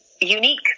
unique